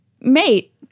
mate